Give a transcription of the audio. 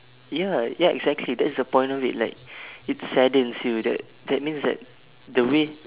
ya ya exactly that's the point of it like it saddens you that that means that the way